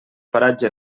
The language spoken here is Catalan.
paratge